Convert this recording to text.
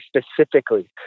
specifically